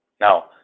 Now